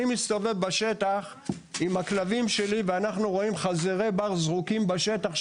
אני מסתובב בשטח עם הכלבים שלי ואנחנו רואים חזירי בר זרוקים בשטח,